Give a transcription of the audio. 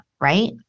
right